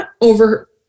over